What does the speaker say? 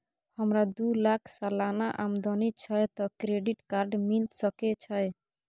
हमरा दू लाख सालाना आमदनी छै त क्रेडिट कार्ड मिल सके छै?